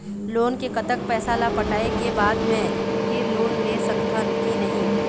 Loan के कतक पैसा ला पटाए के बाद मैं फिर लोन ले सकथन कि नहीं?